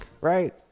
Right